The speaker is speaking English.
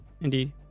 indeed